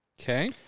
Okay